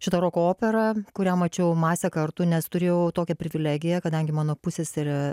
šitą roko operą kurią mačiau masę kartu nes turėjau tokią privilegiją kadangi mano pusseserė